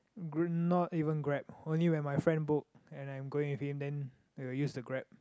not even grab only when my friend book and I'm going with him then we will use the grab